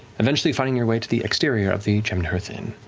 eventually finding your way to the exterior of the gemmed hearth inn.